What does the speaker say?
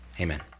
Amen